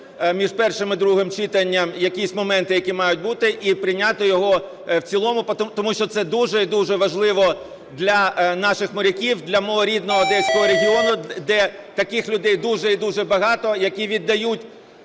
між першим і другим читанням, якісь моменти, які мають бути, і прийняти його в цілому. Тому що це дуже і дуже важливо для наших моряків, для мого рідного одеського регіону, де таких людей дуже і дуже багато, які віддають